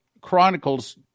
Chronicles